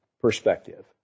perspective